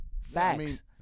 Facts